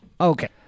Okay